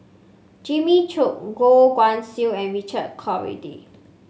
Jimmy Chok Goh Guan Siew and Richard Corridon